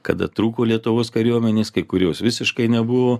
kada trūko lietuvos kariuomenės kai kurios visiškai nebuvo